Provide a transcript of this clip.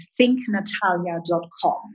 thinknatalia.com